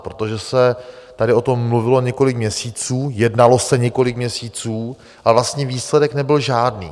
Protože se tady o tom mluvilo několik měsíců, jednalo se několik měsíců a vlastně výsledek nebyl žádný.